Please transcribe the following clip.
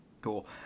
Cool